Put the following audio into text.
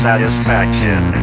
Satisfaction